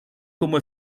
como